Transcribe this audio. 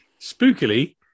spookily